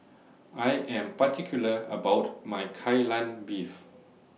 I Am particular about My Kai Lan Beef